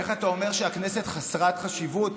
איך אתה אומר שהכנסת חסרת חשיבות?